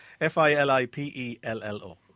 F-I-L-I-P-E-L-L-O